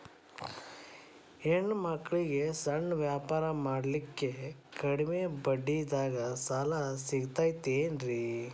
ಹೆಣ್ಣ ಮಕ್ಕಳಿಗೆ ಸಣ್ಣ ವ್ಯಾಪಾರ ಮಾಡ್ಲಿಕ್ಕೆ ಕಡಿಮಿ ಬಡ್ಡಿದಾಗ ಸಾಲ ಸಿಗತೈತೇನ್ರಿ?